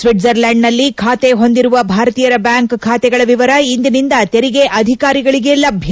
ಸ್ವಿಟ್ಜರ್ಲ್ಯಾಂಡ್ನಲ್ಲಿ ಖಾತೆ ಹೊಂದಿರುವ ಭಾರತೀಯರ ಬ್ಯಾಂಕ್ ಖಾತೆಗಳ ವಿವರ ಇಂದಿನಿಂದ ತೆರಿಗೆ ಅಧಿಕಾರಿಗಳಿಗೆ ಲಭ್ಯ